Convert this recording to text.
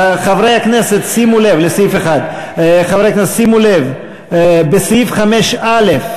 חברי הכנסת, שימו לב, בסעיף 5(א),